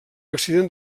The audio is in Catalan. accident